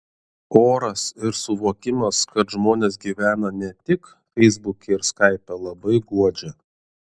oras ir suvokimas kad žmonės gyvena ne tik feisbuke ir skaipe labai guodžia